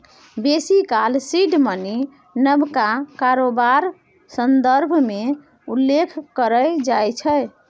बेसी काल seed money नबका कारोबार संदर्भ मे उल्लेख कएल जाइ छै